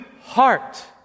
heart